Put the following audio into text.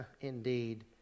indeed